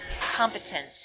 competent